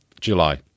july